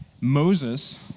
Moses